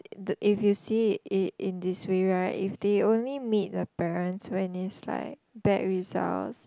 the if you see it it in this way right if they only meet the parents when it's like bad results